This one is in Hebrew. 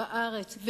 בארץ,